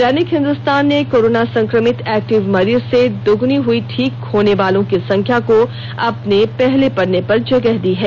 दैनिक हिंदुस्तान ने कोरोना संक्रमित एक्टिव मरीज से दोगुनी हुई ठीक होने वालों की संख्या को अपने पहले पन्ने पर जगह दी है